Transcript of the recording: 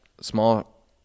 small